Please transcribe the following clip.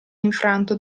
infranto